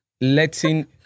letting